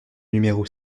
numéro